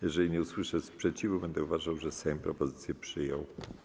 Jeżeli nie usłyszę sprzeciwu, będę uważał, że Sejm propozycję przyjął.